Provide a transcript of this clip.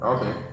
Okay